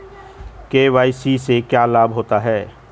KYC से क्या लाभ होता है?